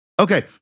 okay